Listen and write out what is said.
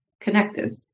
connected